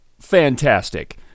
Fantastic